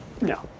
No